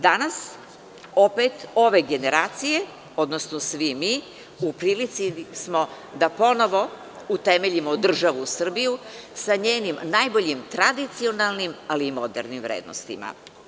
Danas opet ove generacije, odnosno svi mi, u prilici smo da ponovo utemeljimo državu Srbiju sa njenim najboljim tradicionalnim, ali i modernim vrednostima.